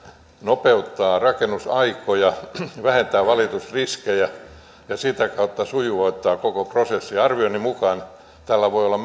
nopeuttaa rakennusaikoja vähentää valitusriskejä ja sitä kautta sujuvoittaa koko prosessia arvioni mukaan tällä voi olla